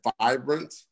vibrant